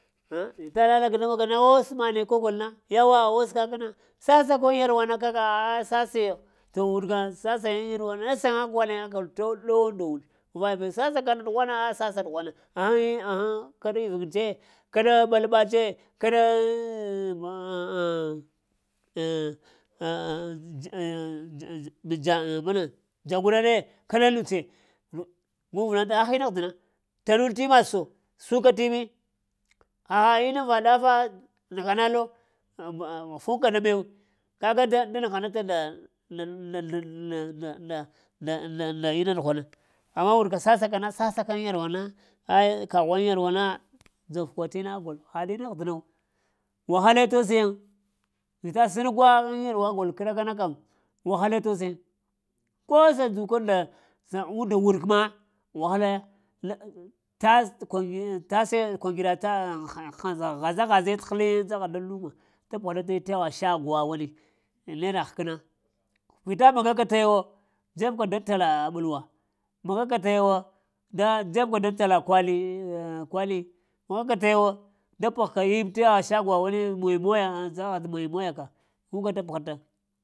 Vita lalaka da mahga na ah us mane ka gol na yauwa us kak na sassa ki na ŋ yarwa no ka kagh na a sasi yo to wurka sasi ŋ yarwa ne saŋa ka ne a gol ɗow-wən dowul. Sasaka ɗugwana, a sassi ka ɗughwana, ahaŋ-ahaŋ kaɗa ivuŋ tse kaɗa ɓal-ɓal tse, kaɗ ŋ dzagura tse kaɗa nu tse gu rəla ahina ahdəna ta nul t’ imma so suka timi haha ina va ɗafa nəgha na lo ŋ fuka da mew kaga da nəgh na ta nda nda na- na- na- nda nda ghwanal amma warka sassaka, sassa ka na ŋ yarwa na, ha kahu ŋ yarwa na dzov kun tina agol, haɗ ina ahdəna wu, wahale tos yiŋ vita sən ka a gol ŋ yarwa k'ɗakana kəm wahala tos yiŋ ko sa ndzuk unda, und wur ma wahala ya laat tas kwaŋgiri, ŋ tase kwaŋgira taŋ han ghaŋ ghaza-ghaze t'həl yiŋ dzaha daŋ luma. ta pəɗata yiŋ tewa shago wa wani. Nera həkəna vita maga ka ta ya wo dzeb ka daŋ tala ɓulwa, maga ka taya wo da dzeb ka daŋ tala kwali ah kwali maga ka ta ga wo, da pəgh ka t'imi t'ewa wani shago wa moya, mai moya ka,